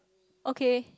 okay